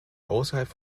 außerhalb